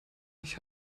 ich